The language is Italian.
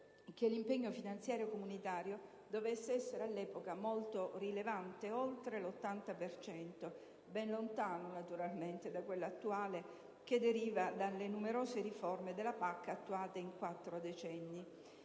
l'impegno finanziario comunitario dovesse essere all'epoca molto rilevante, oltre l'80 per cento, ben lontano naturalmente da quello attuale, che deriva dalle numerose riforme della PAC attuate in quattro decenni.